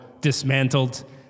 dismantled